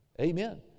Amen